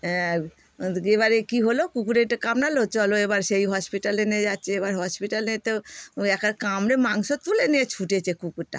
হ্যাঁ এবারে কী হলো কুকুরে একটু কামড়ালো চলো এবার সেই হসপিটালে নিয়ে যাচ্ছে এবার হসপিটালে তো একবারে কামড়ে মাংস তুলে নিয়ে ছুটেছে কুকুরটা